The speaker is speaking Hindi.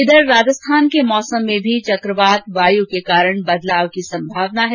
इधर राजस्थान के मौसम में भी चक्रवात वायु के कारण बदलाव की संभावना है